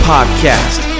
Podcast